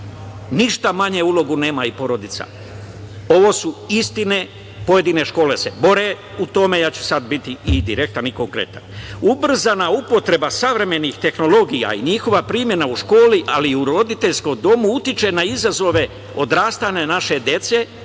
Ništa manju uloge nama i porodica. Ovo su istine. Pojedine škole se bore u tome. Ja ću sada biti i direktan i konkretan. Ubrzana upotreba savremenih tehnologija i njihova primena u školi, ali i u roditeljskom domu utiče na izazove odrastanja naše dece,